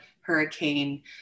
hurricane